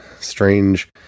strange